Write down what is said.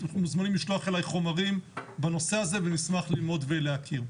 אתם מוזמנים לשלוח אליי חומרים בנושא הזה ונשמח ללמוד ולהכיר.